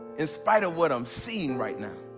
in spite of what i'm seeing right now.